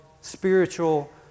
spiritual